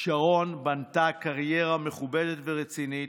שרון בנתה קריירה מכובדת ורצינית,